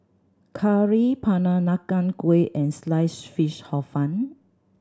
curry Peranakan Kueh and Sliced Fish Hor Fun